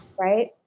Right